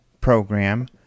Program